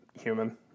human